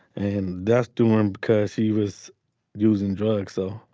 and that's doing because she was using drugs so